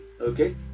okay